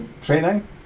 training